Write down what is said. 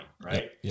right